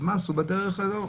אז מה עשו בדרך הזו?